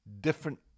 different